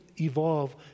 evolve